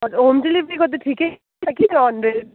home delivery गर्दा ठिकै छ कि हन्ड्रेड